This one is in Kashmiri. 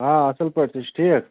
آ اَصٕل پٲٹھۍ تُہۍ چھِو ٹھیٖک